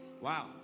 Wow